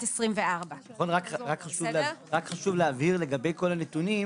2024. רק חשוב להבהיר לגבי כל הנתונים,